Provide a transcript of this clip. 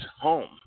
Home